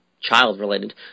child-related